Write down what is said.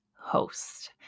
host